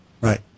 Right